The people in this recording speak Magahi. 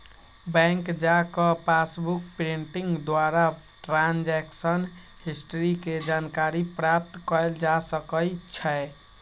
बैंक जा कऽ पासबुक प्रिंटिंग द्वारा ट्रांजैक्शन हिस्ट्री के जानकारी प्राप्त कएल जा सकइ छै